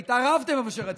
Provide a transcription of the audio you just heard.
והתערבתם איפה שרציתם.